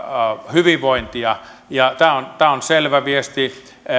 hyvinvointia ja tämä on selvä viesti